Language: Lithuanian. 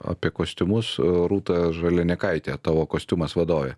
apie kostiumus rūta žalianekaitė tavo kostiumas vadovė